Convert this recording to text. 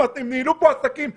הם שילמו משכורות,